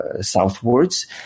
southwards